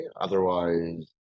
otherwise